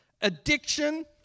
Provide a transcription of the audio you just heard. addiction